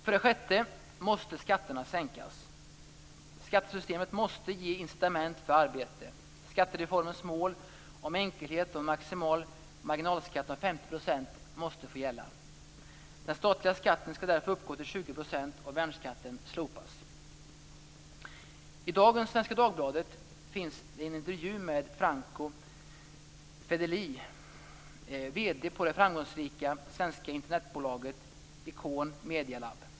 För det sjätte måste skatterna sänkas. Skattesystemet måste ge incitament för arbete. Skattereformens mål om enkelhet och en maximal marginalskatt om 50 % måste få gälla. Den statliga skatten skall därför uppgå till 20 % och värnskatten slopas. I dagens Svenska Dagbladet finns det en intervju med Franco Fedeli, vd på det framgångsrika svenska Internetbolaget Icon Medialab.